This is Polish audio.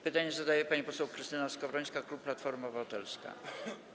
Pytanie zadaje pani poseł Krystyna Skowrońska, klub Platforma Obywatelska.